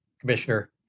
Commissioner